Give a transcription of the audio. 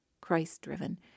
Christ-driven